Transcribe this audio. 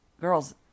girls